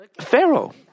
Pharaoh